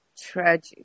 tragic